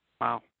Wow